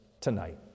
tonight